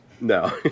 no